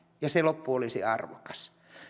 ja se loppu olisi arvokas